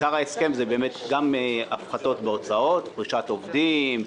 עיקר ההסכם הוא הפחתות בהוצאות, פרישת עובדים,